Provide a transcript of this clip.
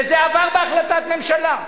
וזה עבר בהחלטת ממשלה,